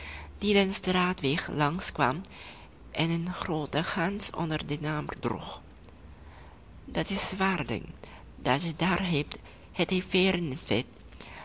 die den straatweg langs kwam en een groote gans onder den arm droeg dat is een zwaar ding dat je daar hebt het